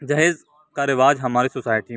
جہیز کا رواج ہماری سوسائٹی